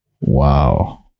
Wow